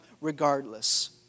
regardless